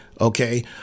Okay